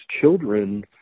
children